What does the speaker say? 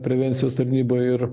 prevencijos tarnyba ir